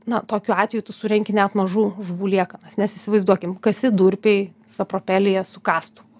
na tokiu atveju tu surenki net mažų žuvų liekanas nes įsivaizduokim kasi durpėj sapropelyje su kastuvu